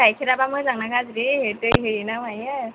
गाइखेरा बा मोजां ना गाज्रि दै होयो ना मायो